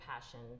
passion